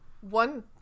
One